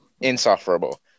insufferable